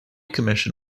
commission